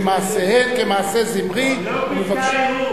שמעשיהן כמעשה זמרי ומבקשין,